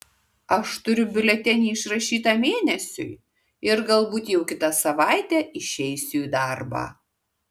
aš turiu biuletenį išrašytą mėnesiui ir galbūt jau kitą savaitę išeisiu į darbą